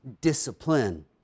discipline